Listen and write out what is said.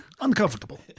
Uncomfortable